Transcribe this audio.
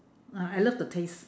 ah I love the taste